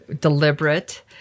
deliberate